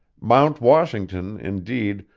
mount washington, indeed,